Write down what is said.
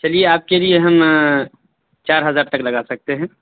چلیے آپ کے لیے ہم چار ہزار تک لگا سکتے ہیں